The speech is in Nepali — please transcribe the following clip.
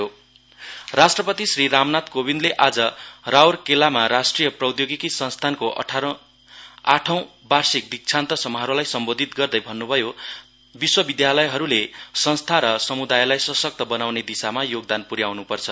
president on new education policy राष्ट्रपति श्री रामनाथ कोविन्दले आज राउरकेलामा राष्ट्रिय प्रौद्योगिक संस्थानको अठारौं वार्षिक दीक्षान्त समारोहलाई समन्बोधित गर्दै भन्नुभयो विश्वविद्यालयहरूले संस्था र समुदायलाई सशक्त बनाउने दिशामा योगदान पुर्याउनु पर्छ